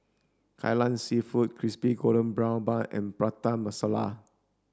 Kai Lan seafood crispy golden brown bun and Prata Masala